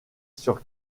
sur